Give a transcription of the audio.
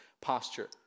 posture